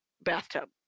bathtub